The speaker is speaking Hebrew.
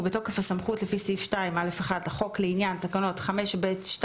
ובתוקף הסמכות לפי סעיף 2(א1) לחוק לעניין תקנות 5(ב)(2)